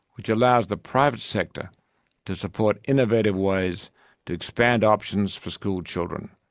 which allows the private sector to support innovative ways to expand options for schoolchildren,